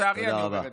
תודה רבה.